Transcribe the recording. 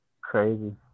crazy